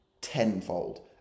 tenfold